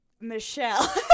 Michelle